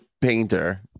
painter